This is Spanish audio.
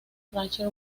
rachel